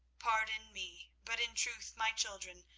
pardon me but in truth, my children,